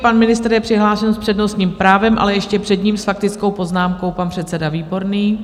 Pan ministr je přihlášen s přednostním právem, ale ještě před ním s faktickou poznámkou pan předseda Výborný.